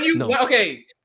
Okay